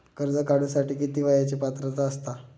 कर्ज काढूसाठी किती वयाची पात्रता असता?